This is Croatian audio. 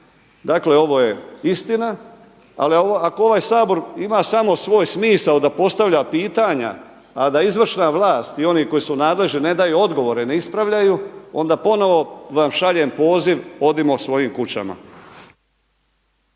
dakle ovo je istina. Ali ako ovaj Sabor ima samo svoj smisao da postavlja pitanja, a da izvršna vlast i oni koji su nadležni ne daju odgovore, ne ispravljaju onda ponovo vam šaljem poziv odimo svojim kućama.